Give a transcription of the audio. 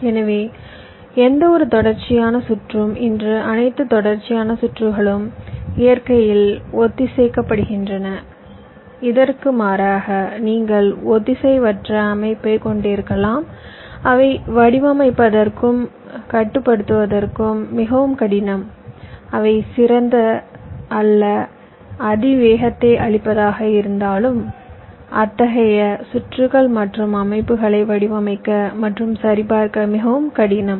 எனவே எந்தவொரு தொடர்ச்சியான சுற்றும் இன்று அனைத்து தொடர்ச்சியான சுற்றுகளும் இயற்கையில் ஒத்திசைக்கப்படுகின்றன இதற்கு மாறாக நீங்கள் ஒத்திசைவற்ற அமைப்பைக் கொண்டிருக்கலாம் அவை வடிவமைப்பதற்கும் கட்டுப்படுத்துவதற்கும் மிகவும் கடினம் அவை சிறந்த அல்லது அதிக வேகத்தை அளிப்பதாக இருந்தாலும் அத்தகைய சுற்றுகள் மற்றும் அமைப்புகளை வடிவமைக்க மற்றும் சரிபார்க்க மிகவும் கடினம்